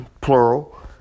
Plural